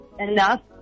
enough